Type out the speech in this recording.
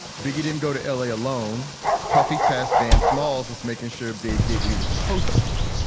biggie didn't go to l a. alone. puffy test dance smalls of making sure big deal. but he was supposed to do.